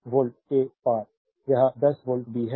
तो 10 वोल्ट के पार यह 10 वोल्ट भी है